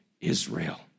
Israel